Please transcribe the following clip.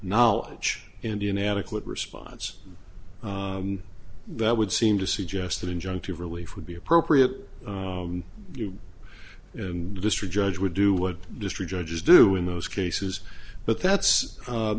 knowledge and inadequate response that would seem to suggest that injunctive relief would be appropriate and the district judge would do what district judges do in those cases but that's